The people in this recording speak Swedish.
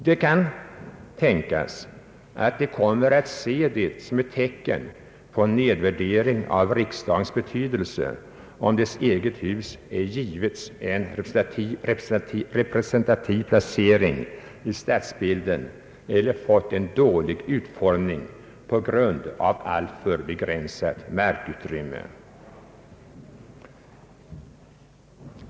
Det kan tänkas att man kommer att se det som ett tecken på nedvärdering av riksdagens betydelse om dess eget hus ej givits en representativ placering i stadsbilden eller fått en dålig utformning på grund av alltför begränsat markutrymme.